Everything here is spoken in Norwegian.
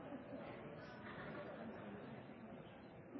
denne